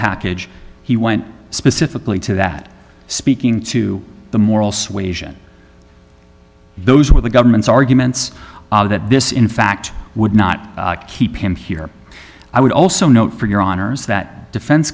package he went specifically to that speaking to the moral suasion those were the government's arguments that this in fact would not keep him here i would also note for your honour's that defense